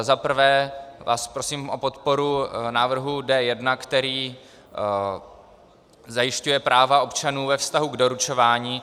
Zaprvé vás prosím o podporu návrhu D1, který zajišťuje práva občanů ve vztahu k doručování.